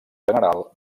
general